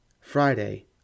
Friday